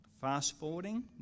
fast-forwarding